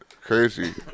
Crazy